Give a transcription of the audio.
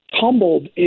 tumbled